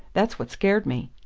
that's what scared me.